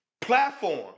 platform